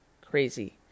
crazy